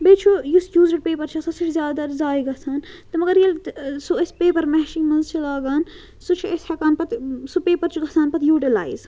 بیٚیہِ چھُ یُس یوٗزٕڈ پیپَر چھُ آسان سُہ چھُ زیادٕ تَر زایہِ گَژھان تہٕ مَگر ییٚلہِ سُہ أسۍ پیپَر میشِیٖن منٛز چھِ لاگان سُہ چھِ أسۍ ہیٚکان پَتہٕ سُہ پیٚپَر چھُ گَژھان پَتہٕ یوٗٹِلایِز